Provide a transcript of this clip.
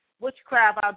witchcraft